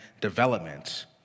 development